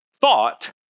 thought